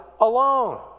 alone